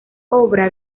obra